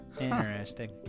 interesting